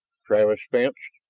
travis fenced.